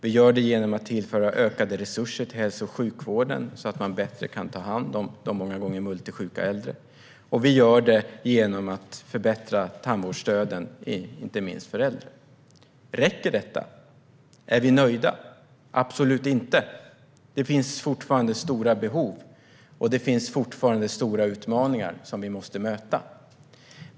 Vi gör det genom att tillföra ökade resurser till hälso och sjukvården, så att man bättre kan ta hand om de många gånger multisjuka äldre. Och vi gör det genom att förbättra tandvårdsstöden, inte minst för äldre. Räcker detta? Är vi nöjda? Absolut inte! Det finns fortfarande stora behov, och det finns fortfarande stora utmaningar som vi måste möta.